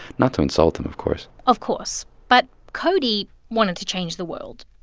not to insult them, of course of course. but cody wanted to change the world.